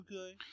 okay